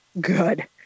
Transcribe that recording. Good